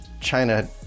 China